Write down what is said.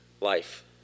life